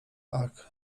ach